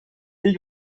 ell